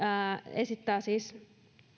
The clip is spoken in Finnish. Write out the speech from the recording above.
esittää siis